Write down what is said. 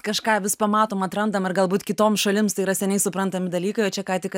kažką vis pamatom atrandam ir galbūt kitoms šalims tai yra seniai suprantami dalykaio čia ką tik